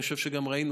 אני חושב שגם ראינו,